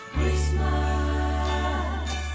Christmas